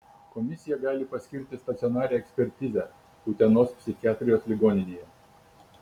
komisija gali paskirti stacionarią ekspertizę utenos psichiatrijos ligoninėje